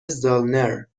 زلنر